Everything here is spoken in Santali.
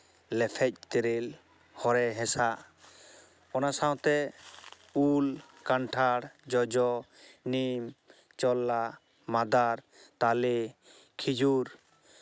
ᱞᱮᱯᱷᱮᱡ ᱛᱮᱨᱮᱞ ᱦᱚᱨᱮ ᱦᱮᱸᱥᱟᱜ ᱚᱱᱟ ᱥᱟᱶᱛᱮ ᱩᱞ ᱠᱟᱱᱴᱷᱟᱲ ᱡᱚᱡᱚ ᱱᱤᱢ ᱪᱚᱞᱞᱟ ᱢᱟᱫᱟᱨ ᱛᱟᱞᱮ ᱠᱷᱤᱡᱩᱨ